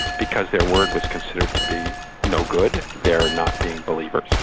because their word was considered to be no good, their not being believers,